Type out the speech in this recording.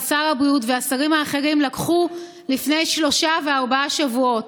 שר הבריאות והשרים האחרים קיבלו לפני שלושה וארבעה שבועות.